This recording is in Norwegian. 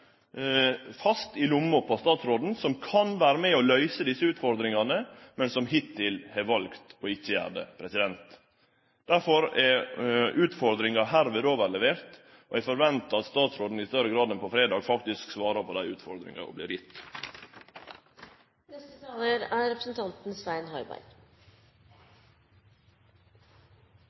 fast i lomma på statsråden, som kan vere med og løyse desse utfordringane, men som hittil har valt ikkje å gjere det. Derfor er utfordringa hermed overlevert, og eg forventar at statsråden i større grad enn på fredag faktisk svarer på dei utfordringane ho vert gitt. Først vil jeg si det er